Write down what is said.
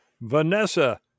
Vanessa